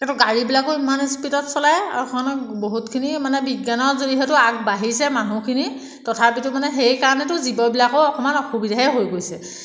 তাৰপৰা গাড়ীবিলাকো ইমান ইস্পিডত চলায় আৰু বহুতখিনি মানে মানে বিজ্ঞানৰ যিহেতু আগবাঢ়িছে মানুহখিনি তথাপিতো মানে সেইকাৰণেইতো জীৱবিলাকো অকণমান অসুবিধাই হৈ গৈছে